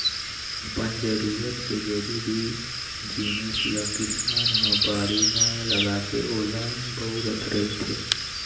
अपन जरूरत के जरुरी जिनिस ल किसान ह बाड़ी म लगाके ओला बउरत रहिथे